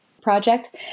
project